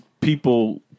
people